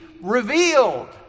revealed